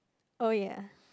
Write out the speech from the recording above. oh ya